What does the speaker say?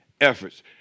efforts